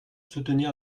soutenir